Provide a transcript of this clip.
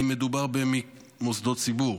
אם מדובר במוסדות ציבור.